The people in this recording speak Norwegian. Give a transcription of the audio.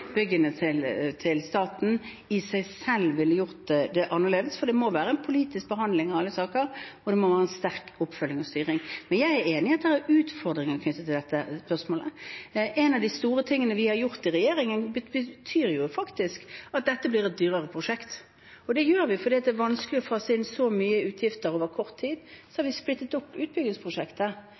byggene, i seg selv ville gjort det annerledes, for det må være en politisk behandling av alle saker, og det må være sterk oppfølging og styring. Men jeg er enig i at det er utfordringer knyttet til dette spørsmålet. En av de store tingene vi har gjort i regjeringen, betyr faktisk at dette blir et dyrere prosjekt. Fordi det er vanskelig å fase inn så mye utgifter over kort tid, har vi splittet opp utbyggingsprosjektet.